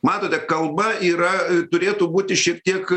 matote kalba yra turėtų būti šiek tiek